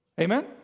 Amen